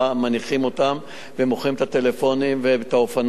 מניחים אותם ומוכרים את הטלפונים ואת האופניים.